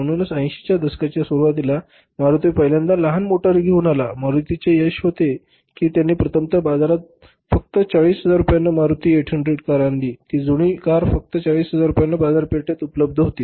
म्हणूनच 80 च्या दशकाच्या सुरूवातीस मारुती पहिल्यांदा लहान मोटारी घेऊन आली मारुतीचे ते यश होते की त्यांनी प्रथमच भारतीय बाजारात फक्त 40000 रुपयांना मारुती 800 कार आणली ती जुनी कार फक्त 40000 रुपयांना बाजारपेठेत उपलब्ध होती